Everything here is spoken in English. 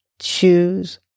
choose